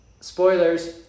spoilers